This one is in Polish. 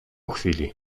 chwili